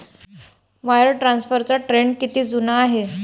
Wire ट्रान्सफरचा trend किती जुना आहे?